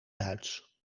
duits